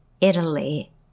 Italy